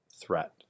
threat